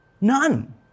none